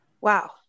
Wow